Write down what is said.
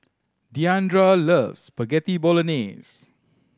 Deandra loves Spaghetti Bolognese